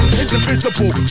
indivisible